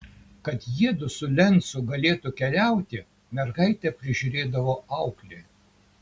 kad jiedu su lencu galėtų keliauti mergaitę prižiūrėdavo auklė